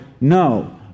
No